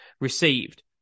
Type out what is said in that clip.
received